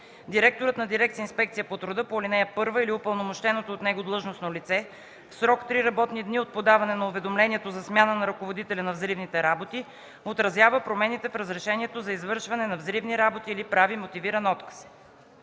дирекция „Инспекция по труда” по ал. 1 или упълномощеното от него длъжностно лице в срок три работни дни от подаване на уведомлението за смяна на ръководителя на взривните работи отразява промените в разрешението за извършване на взривни работи или прави мотивиран отказ.